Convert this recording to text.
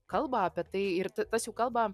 kalba apie tai ir tas jų kalba